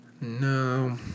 No